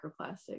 microplastic